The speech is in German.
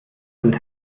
sind